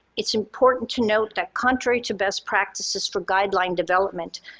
it's important to note that contrary to best practices for guideline development,